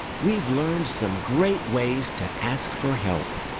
we've learned some great ways to ask for help,